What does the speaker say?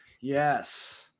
Yes